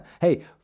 Hey